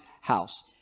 house